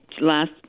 last